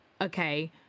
okay